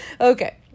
okay